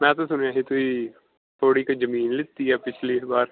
ਮੈਂ ਤਾਂ ਸੁਣਿਆ ਸੀ ਤੁਸੀਂ ਥੋੜ੍ਹੀ ਕੁ ਜਮੀਨ ਲਿੱਤੀ ਆ ਪਿਛਲੀ ਵਾਰ